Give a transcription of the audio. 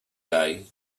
day